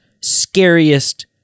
scariest